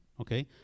okay